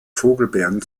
vogelbeeren